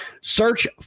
Search